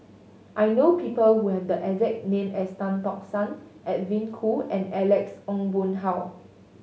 I know people who have the exact name as Tan Tock San Edwin Koo and Alex Ong Boon Hau